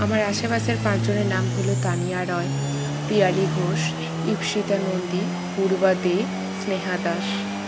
আমার আশেপাশের পাঁচজনের নাম হলো তানিয়া রয় পিয়ালি ঘোষ ইপ্সিতা নন্দী পূর্বা দে স্নেহা দাস